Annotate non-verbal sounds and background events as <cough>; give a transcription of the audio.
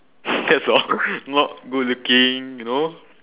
<laughs> that's all not good looking you know